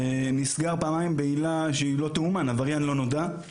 נסגר פעמיים בעילה שהיא לא תאומן, עבריין לא נודע,